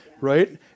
Right